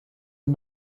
and